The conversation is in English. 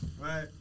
right